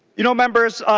you know members